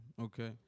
okay